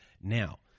Now